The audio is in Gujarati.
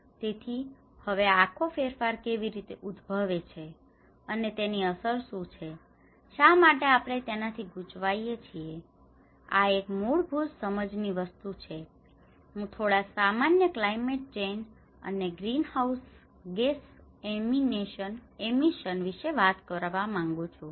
તેથી હવે આ આખો ફેરફાર કેવી રીતે ઉદ્ભવે છે અને તેની અસર શું છે શા માટે આપણે તેનાથી ગૂંચવાઈએ છીએ આ એક મૂળભૂત સમજ ની વસ્તુ છે હું થોડા સામાન્ય ક્લાયમેટ ચેન્જ અને ગ્રીનહાઉસ ગેસ એમિશન વિશે વાત કરવા મંગુ છું